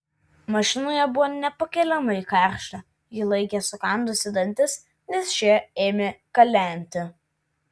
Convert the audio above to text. mašinoje buvo nepakeliamai karšta ji laikė sukandusi dantis nes šie ėmė kalenti